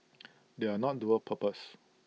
they are not dual purpose